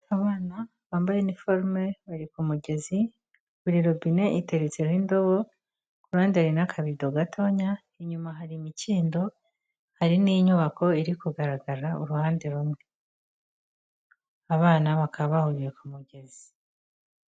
Abana bambaye iniforome bari ku mugezi, buri robine iteretseho indobo, ku ruhande hari n'akabido gatonya, inyuma hari imikindo hari n'inyubako iri kugaragara uruhande rumwe, abana bakaba bahuriye ku mugezi.